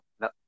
no